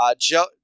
Joe